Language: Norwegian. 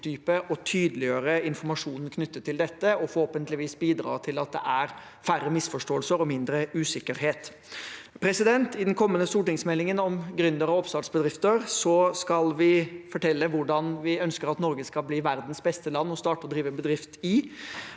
og tydeliggjøre informasjonen knyttet til dette og forhåpentligvis bidra til at det blir færre misforståelser og mindre usikkerhet. I den kommende stortingsmeldingen om gründere og oppstartsbedrifter skal vi fortelle hvordan vi ønsker at Norge skal bli verdens beste land å starte og drive en bedrift i.